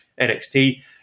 NXT